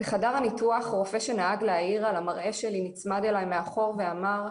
בחדר הניתוח רופא שנהג להעיר על המראה שלי נצמד אליי מאחור ואמר,